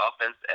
offense